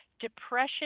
depression